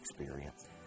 experience